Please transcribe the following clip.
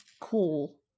cool